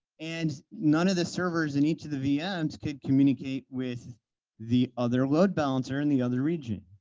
and none of the servers in each of the vms could communicate with the other load balancer in the other region.